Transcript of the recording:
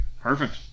perfect